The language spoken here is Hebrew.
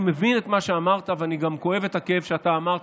אני מבין את מה שאמרת וגם כואב את הכאב שאמרת